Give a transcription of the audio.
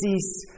cease